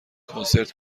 کنسرت